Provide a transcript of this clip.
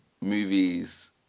movies